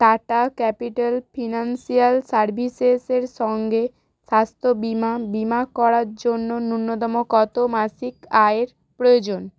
tata Capital Financial সার্ভিসেসের সঙ্গে স্বাস্থ্য বীমা বীমা করার জন্য ন্যূনতম কত মাসিক আয়ের প্রয়োজন